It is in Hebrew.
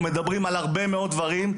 כשאנחנו מדברים על הרבה מאוד דברים,